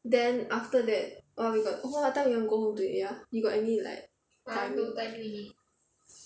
then after that oh we got oh what time you wanna go home today ah you got any like timing